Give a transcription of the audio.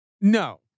No